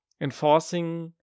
enforcing